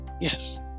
Yes